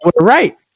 right